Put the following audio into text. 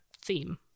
theme